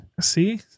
See